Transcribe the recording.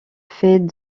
fait